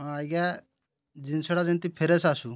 ହଁ ଆଜ୍ଞା ଜିନିଷଟା ଯେମିତି ଫ୍ରେସ୍ ଆସୁ